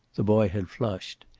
the boy had flushed.